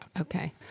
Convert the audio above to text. Okay